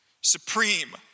supreme